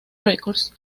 records